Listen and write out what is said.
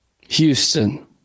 Houston